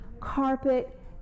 carpet